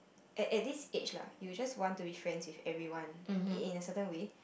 at at this age lah you just want to be friends with everyone in a certain way